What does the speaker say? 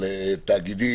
האם על תאגידים,